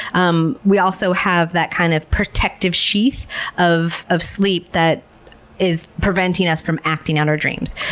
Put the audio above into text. um we also have that kind of protective sheath of of sleep that is preventing us from acting out our dreams.